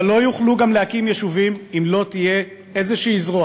אבל גם לא יוכלו להקים יישובים אם לא תהיה איזו זרוע